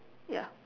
ya